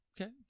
okay